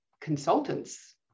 consultants